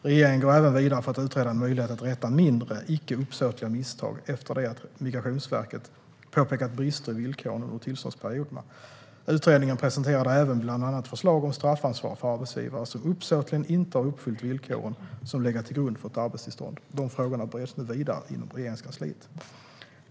Regeringen går även vidare för att utreda en möjlighet att rätta mindre, icke uppsåtliga misstag efter det att Migrationsverket påpekat brister i villkoren under tillståndsperioderna. Utredningen presenterade även bland annat förslag om straffansvar för arbetsgivare som uppsåtligen inte har uppfyllt villkoren som legat till grund för ett arbetstillstånd. De frågorna bereds nu vidare inom Regeringskansliet.